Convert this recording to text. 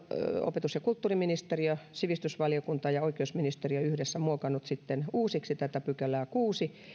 opetus ja kulttuuriministeriö sivistysvaliokunta ja oikeusministeriö yhdessä sitten muokanneet uusiksi tätä kuudetta pykälää